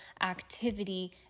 activity